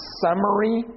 summary